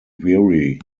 weary